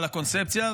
לקונספציה,